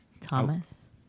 Thomas